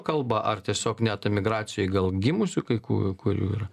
kalbą ar tiesiog net emigracijoj gal gimusių kai kurių yra